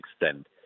extent